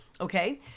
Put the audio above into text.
Okay